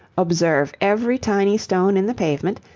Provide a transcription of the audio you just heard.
observe every tiny stone in the pavement,